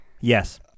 Yes